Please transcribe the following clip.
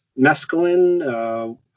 mescaline